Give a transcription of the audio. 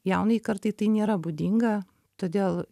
jaunajai kartai tai nėra būdinga todėl